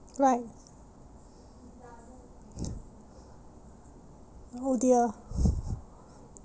right oh dear